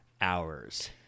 hours